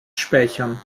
speichern